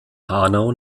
hanau